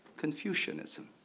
confucianism.